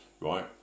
right